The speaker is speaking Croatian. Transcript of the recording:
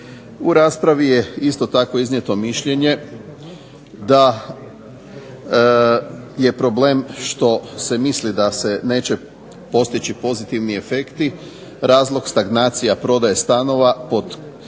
U raspravi je isto tako iznijeto mišljenje da je problem što se misli da se neće postići pozitivni efekti. Razlog stagnacija prodaje stanova pod pad